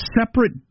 separate